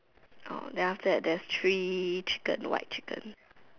then after that there's three chicken white chicken